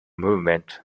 movement